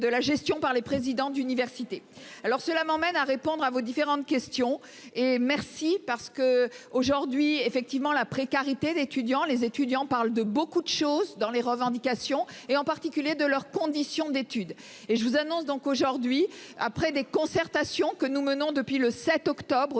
de la gestion par les présidents d'université. Alors cela m'amène à répondre à vos différentes questions et merci parce que aujourd'hui effectivement la précarité d'étudiants, les étudiants parle de beaucoup de choses dans les revendications et en particulier de leurs conditions d'études. Et je vous annonce donc aujourd'hui après des concertations que nous menons depuis le 7 octobre